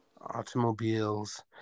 automobiles